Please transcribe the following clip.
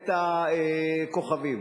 את הכוכבים.